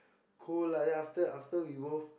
cool lah ya then after that after we both